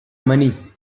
money